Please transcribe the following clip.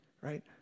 right